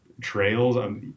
Trails